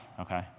Okay